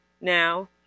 now